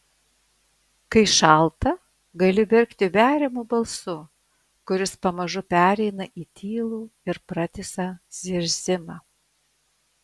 kai šalta gali verkti veriamu balsu kuris pamažu pereina į tylų ir pratisą zirzimą